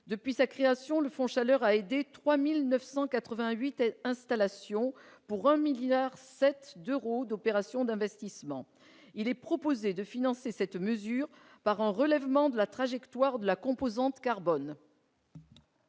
Depuis sa création, ce fonds a aidé 3 988 installations, pour 1,7 milliard d'euros d'opérations d'investissement. Il est proposé de financer cette mesure par un relèvement de la trajectoire de la composante carbone.